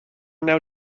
now